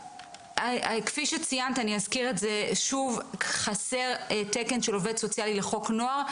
כפי שציינת, חסר תקן של עובד סוציאלי לחוק נוער.